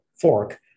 fork